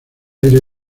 aire